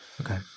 okay